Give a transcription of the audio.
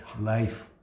life